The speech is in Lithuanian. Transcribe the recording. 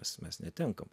mes mes netenkam